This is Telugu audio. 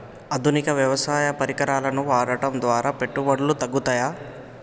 ఆధునిక వ్యవసాయ పరికరాలను వాడటం ద్వారా పెట్టుబడులు తగ్గుతయ?